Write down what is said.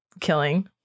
killing